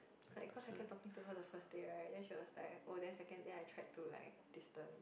like cause I kept talking to her the first day right then she was like oh then second day I tried to like distant